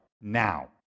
Now